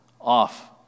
off